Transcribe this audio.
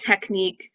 technique